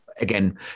again